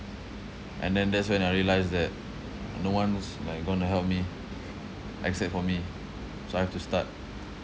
and then that's when I realised that no one's like going to help me except for me so I have to start